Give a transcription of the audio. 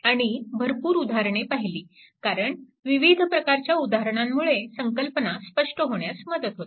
आणि भरपूर उदाहरणे पाहिली कारण विविध प्रकारच्या उदाहरणांमुळे संकल्पना स्पष्ट होण्यास मदत होते